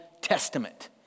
Testament